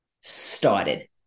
started